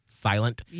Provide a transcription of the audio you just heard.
silent